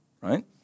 Right